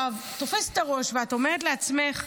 עכשיו, את תופסת את הראש ואת אומרת לעצמך: